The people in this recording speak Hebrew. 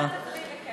אתה תקריא בכיף.